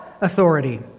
authority